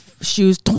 shoes